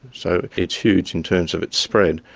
so it's huge in terms of its spread.